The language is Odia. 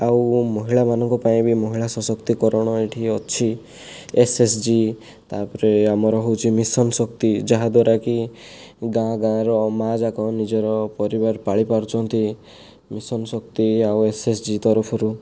ଆଉ ମହିଳାମାନଙ୍କ ପାଇଁ ବି ମହିଳା ସଶକ୍ତିକରଣ ଏଇଠି ଅଛି ଏସଏସଜି ତାପରେ ଆମର ହେଉଛି ମିଶନ୍ ଶକ୍ତି ଯାହା ଦ୍ଵାରାକି ଗାଁ ଗାଁର ମା'ଯାକ ନିଜର ପରିବାର ପାଳି ପାରୁଛନ୍ତି ମିଶନ୍ ଶକ୍ତି ଆଉ ଏସଏସଜି ତରଫରୁ